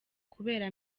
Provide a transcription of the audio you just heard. kubera